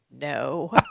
no